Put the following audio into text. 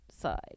side